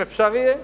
אם אפשר יהיה,